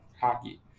hockey